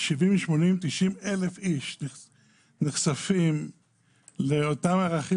90,000-70,000 איש נחשפים לאותם ערכים